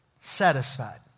satisfied